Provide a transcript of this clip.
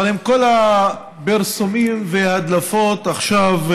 אבל עם כל הפרסומים וההדלפות עכשיו,